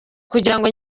kugirango